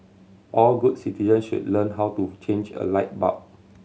all good citizen should learn how to change a light bulb